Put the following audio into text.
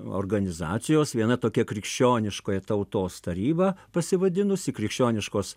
organizacijos viena tokia krikščioniškoji tautos taryba pasivadinusi krikščioniškos